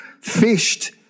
fished